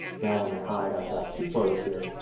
now when i hide i've got two photos here.